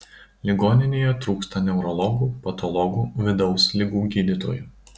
ligoninėje trūksta neurologų patologų vidaus ligų gydytojų